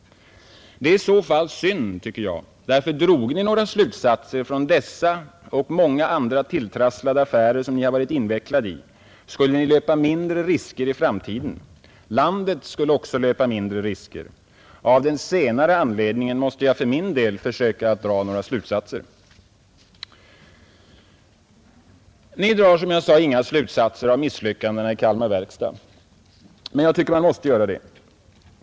Det är i så fall synd, tycker jag, ty droge Ni några slutsatser från dessa och de många andra tilltrasslade affärer som Ni varit invecklad i skulle Ni löpa mindre risker i framtiden. Landet skulle också löpa mindre risker. Av den senare anledningen måste jag för min del försöka dra några slutsatser. Ni drar, som jag sade, inga slutsatser av misslyckandena i Kalmar verkstad. Men det måste man göra.